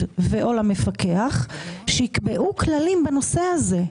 ו/או למפקח שיקבעו כללים בנושא הזה.